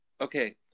Okay